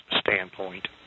standpoint